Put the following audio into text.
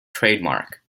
trademark